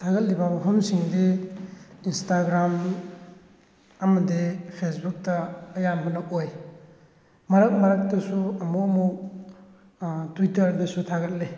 ꯊꯥꯒꯠꯂꯤꯕ ꯃꯐꯝꯁꯤꯡꯗꯤ ꯏꯟꯁꯇꯥꯒ꯭ꯔꯥꯝꯅꯤ ꯑꯃꯗꯤ ꯐꯦꯁꯕꯨꯛꯇ ꯑꯌꯥꯝꯕꯅ ꯑꯣꯏ ꯃꯔꯛ ꯃꯔꯛꯇꯁꯨ ꯑꯃꯨꯛ ꯑꯃꯨꯛ ꯇ꯭ꯋꯤꯇꯔꯗꯁꯨ ꯊꯥꯒꯠꯂꯤ